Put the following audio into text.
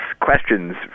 questions